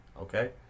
okay